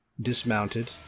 dismounted